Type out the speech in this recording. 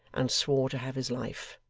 and swore to have his life.